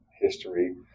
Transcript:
History